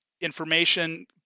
information